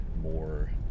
more